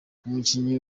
umukinnyi